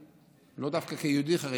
לא דווקא כיהודי חרדי,